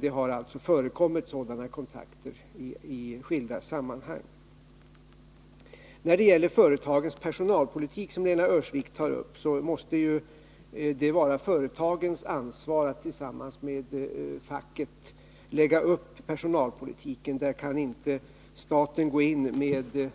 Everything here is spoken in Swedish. Det har alltså förekommit sådana kontakter i skilda sammanhang. När det gäller företagens personalpolitik, som Lena Öhrsvik tar upp, måste det vara företagens ansvar att tillsammans med facket lägga upp denna. Här kan staten inte gå in med